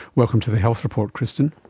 welcome to the health report, kristin.